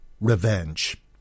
Revenge